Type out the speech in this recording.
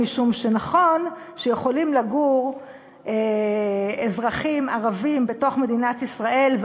משום שנכון שיכולים לגור אזרחים ערבים בתוך מדינת ישראל,